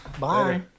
Bye